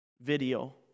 video